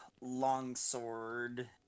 longsword